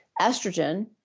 estrogen